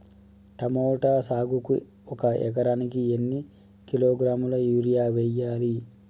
Tomato సాగుకు ఒక ఎకరానికి ఎన్ని కిలోగ్రాముల యూరియా వెయ్యాలి?